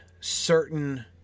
certain